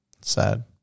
sad